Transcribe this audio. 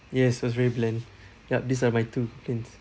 yes was very bland yup these are my two complaints